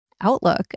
outlook